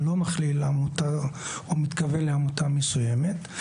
אני לא מכליל עמותה או מתכוון לעמותה מסוימת,